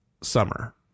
summer